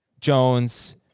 Jones